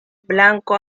blanco